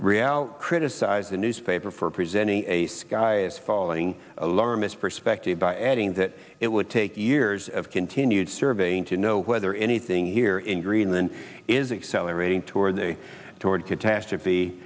reale criticised the newspaper for presenting a sky as falling alarmist perspective by adding that it would take years of continued surveying to know whether anything here in greenland is accelerating toward the toward